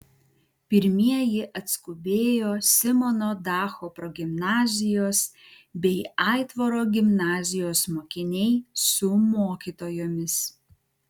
pirmieji atskubėjo simono dacho progimnazijos bei aitvaro gimnazijos mokiniai su mokytojomis